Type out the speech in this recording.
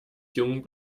jung